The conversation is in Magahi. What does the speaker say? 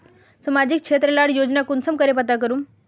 सामाजिक क्षेत्र लार योजना कुंसम करे पता करूम?